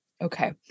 okay